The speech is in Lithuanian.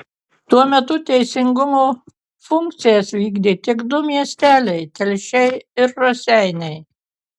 tuo metu teisingumo funkcijas vykdė tik du miesteliai telšiai ir raseiniai